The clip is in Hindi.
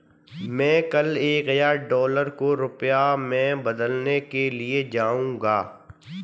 मैं कल एक हजार डॉलर को रुपया में बदलने के लिए जाऊंगा